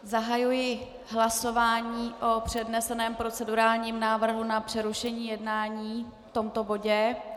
Zahajuji hlasování o předneseném procedurálním návrhu na přerušení jednání v tomto bodě.